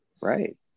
Right